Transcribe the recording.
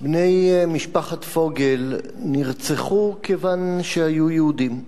בני משפחת פוגל נרצחו כיוון שהיו יהודים,